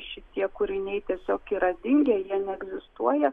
šitie kūriniai tiesiog yra dingę jie neegzistuoja